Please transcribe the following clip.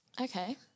Okay